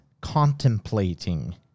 contemplating